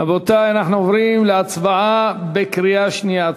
רבותי, אנחנו עוברים להצבעה בקריאה שנייה.